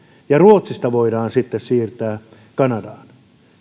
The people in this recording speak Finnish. ja ruotsista voidaan sitten siirtää kanadaan